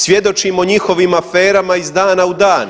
Svjedočimo njihovim aferama iz dana u dan.